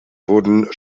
wurden